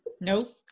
nope